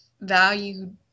value